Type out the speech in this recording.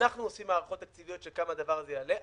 אנחנו עושים הערכות תקציביות כמה הדבר הזה יעלה,